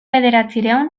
bederatziehun